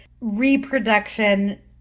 reproduction